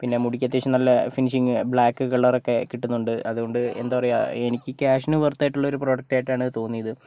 പിന്നെ മുടിക്ക് അത്യാവശ്യം നല്ല ഫിനിഷിങ് ബ്ലാക്ക് കളർ ഒക്കെ കിട്ടുന്നുണ്ട് അത്കൊണ്ട് എന്താ പറയുക എനിക്ക് ക്യാഷിന് വെർത്ത് ആയിട്ടുള്ള ഒരു പ്രോഡക്റ്റായിട്ടാണ് തോന്നിയത്